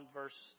verse